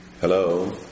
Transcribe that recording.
Hello